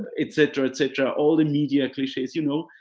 etc, etc. all the media cliches, you know.